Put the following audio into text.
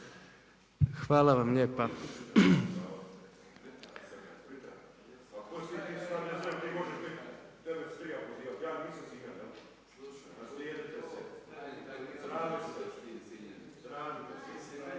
Hvala vam lijepa